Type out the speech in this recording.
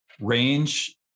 range